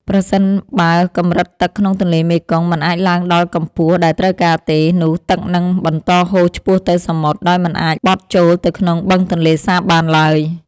ប្រសិនបើកម្រិតទឹកក្នុងទន្លេមេគង្គមិនអាចឡើងដល់កម្ពស់ដែលត្រូវការទេ នោះទឹកនឹងបន្តហូរឆ្ពោះទៅសមុទ្រដោយមិនអាចបត់ចូលទៅក្នុងបឹងទន្លេសាបបានឡើយ។